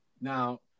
Now